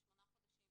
זה שמונה חודשים,